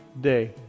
day